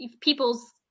people's